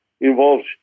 involves